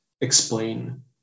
explain